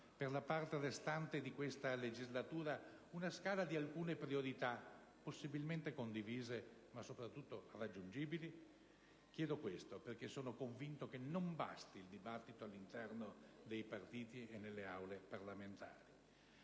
per la parte restante di questa legislatura una scala di alcune priorità, possibilmente condivise, ma soprattutto raggiungibili? Chiedo questo perché sono convinto che non basti il dibattito all'interno dei partiti e nelle Aule parlamentari.